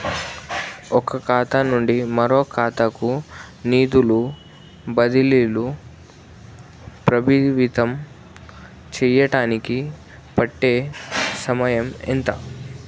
ఒక ఖాతా నుండి మరొక ఖాతా కు నిధులు బదిలీలు ప్రభావితం చేయటానికి పట్టే సమయం ఎంత?